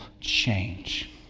change